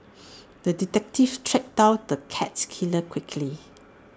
the detective tracked down the cat killer quickly